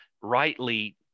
rightly